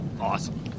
Awesome